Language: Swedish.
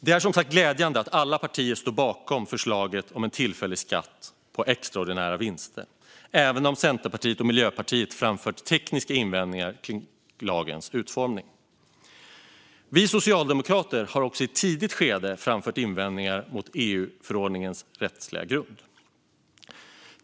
Det är som sagt glädjande att alla partier står bakom förslaget om en tillfällig skatt på extraordinära vinster, även om Centerpartiet och Miljöpartiet har framfört tekniska invändningar kring lagens utformning. Vi socialdemokrater har också, i ett tidigt skede, framfört invändningar mot EU-förordningens rättsliga grund.